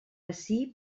ací